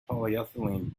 polyethylene